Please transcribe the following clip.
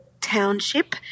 township